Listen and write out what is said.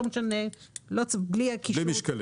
בלי המשקל.